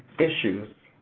issues,